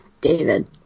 David